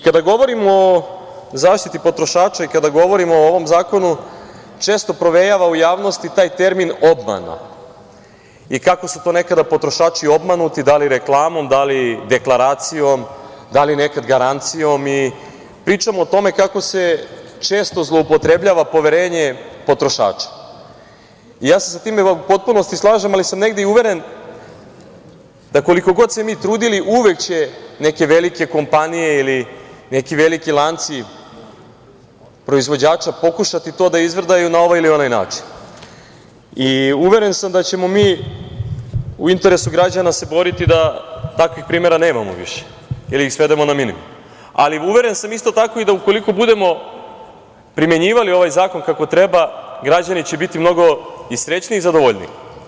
Kada govorimo o zaštiti potrošača i kada govorimo o ovom zakonu, često provejava u javnosti taj termin „obmana“ i kako su to nekada potrošači obmanuti da li reklamom, da li deklaracijom, da li nekad garancijom i pričamo o tome kako se često zloupotrebljava poverenje potrošača i ja se sa time u potpunosti slažem, ali sam negde i uveren da, koliko god se mi trudili, uvek će neke velike kompanije ili neki veliki lanci proizvođača pokušati to da izvrdaju na ovaj ili onaj način i uveren sam da ćemo mi u interesu građana se boriti da takvih primera nemamo više ili da ih svedemo na minimum, ali uveren sam isto tako i da ukoliko budemo primenjivali ovaj zakon kako treba, građani će biti mnogo i srećniji i zadovoljniji.